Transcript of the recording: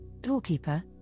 doorkeeper